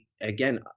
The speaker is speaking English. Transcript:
again